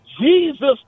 Jesus